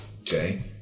Okay